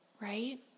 right